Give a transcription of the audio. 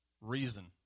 reason